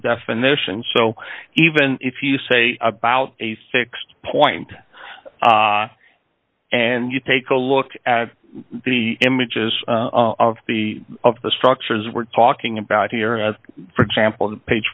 definition so even if you say about a fixed point and you take a look at the images of the of the structures we're talking about here as for example